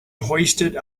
hoisted